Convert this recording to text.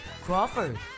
Crawford